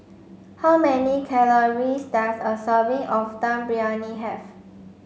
how many calories does a serving of Dum Briyani have